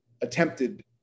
attempted